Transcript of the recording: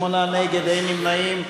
38 נגד, אין נמנעים.